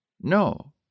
No